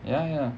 ya ya